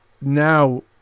now